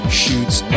shoots